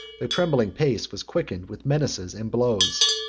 their trembling pace was quickened with menaces and blows.